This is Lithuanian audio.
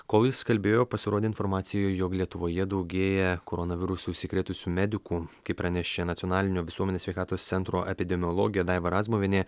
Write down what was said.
kol jis kalbėjo pasirodė informacija jog lietuvoje daugėja koronavirusu užsikrėtusių medikų kaip pranešė nacionalinio visuomenės sveikatos centro epidemiologė daiva razmuvienė